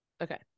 Okay